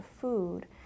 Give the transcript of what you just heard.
food